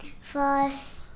first